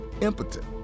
impotent